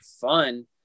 fun